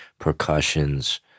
percussions